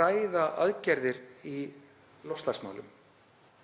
ræða aðgerðir í loftslagsmálum.